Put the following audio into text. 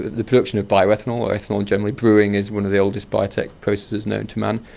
the production of bioethanol or ethanol generally, brewing is one of the oldest biotech processes known to man.